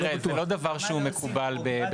זה לא מספיק --- זה לא דבר שהוא מקובל בחקיקה.